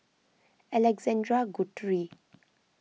Alexander Guthrie